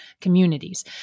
communities